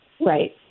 Right